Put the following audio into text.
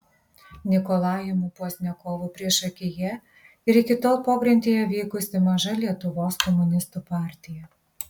nikolajumi pozdniakovu priešakyje ir iki tol pogrindyje veikusi maža lietuvos komunistų partija